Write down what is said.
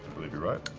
believe you're right.